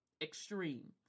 extreme